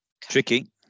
tricky